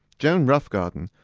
joan roughgarden,